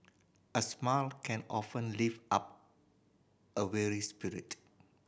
a smile can often lift up a weary spirit